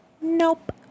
Nope